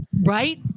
Right